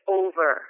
over